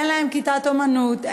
אין להם כיתת אמנות,